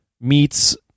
meets